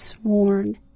sworn